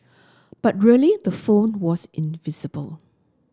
but really the phone was invisible